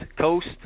Coast